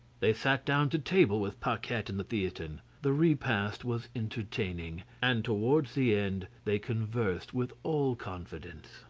they sat down to table with paquette and the theatin the repast was entertaining and towards the end they conversed with all confidence.